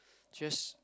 just